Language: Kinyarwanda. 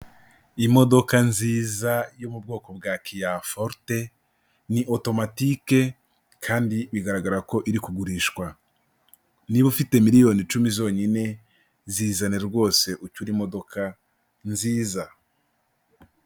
Imodoka nziza yo mu bwoko bwa Kia forte ni otomatike kandi bigaragara ko iri kugurishwa, niba ufite miriyoni icumi zonyine zizana rwose ucyure imodoka nziza.